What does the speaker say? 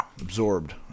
absorbed